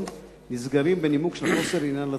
נסגרים בנימוק של חוסר עניין לציבור.